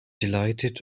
delighted